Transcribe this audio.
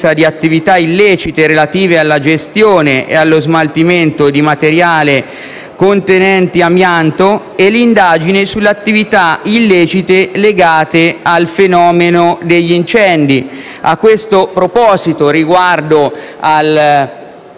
di attività illecite relative alla gestione e allo smaltimento di materiale contenente amianto e l'indagine sulle attività illecite legate al fenomeno degli incendi. A questo proposito, riguardo al